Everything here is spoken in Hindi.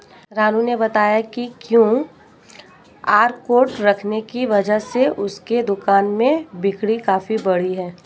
रानू ने बताया कि क्यू.आर कोड रखने की वजह से उसके दुकान में बिक्री काफ़ी बढ़ी है